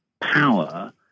power